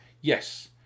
Yes